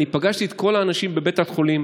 אני פגשתי את כל האנשים בבית החולים,